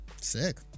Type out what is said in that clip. Sick